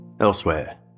Elsewhere